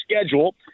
schedule